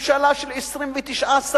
ממשלה של 29 שרים,